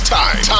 time